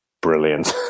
brilliant